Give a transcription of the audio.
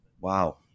wow